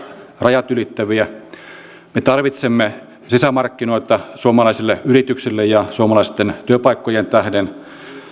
rajat ylittäviä me tarvitsemme sisämarkkinoita suomalaisille yrityksille ja suomalaisten työpaikkojen tähden